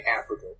Africa